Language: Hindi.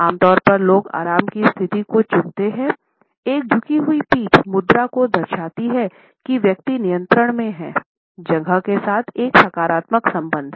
आम तौर पर लोग आराम की स्थिति को चुनते हैं एक झुकी हुई पीठ मुद्रा जो दर्शाती है कि व्यक्ति नियंत्रण में है जगह के साथ एक सकारात्मक संबंध है